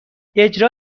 اجرا